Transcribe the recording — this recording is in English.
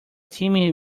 timmy